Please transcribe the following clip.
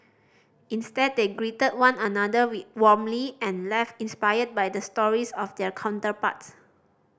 instead they greeted one another warmly and left inspired by the stories of their counterparts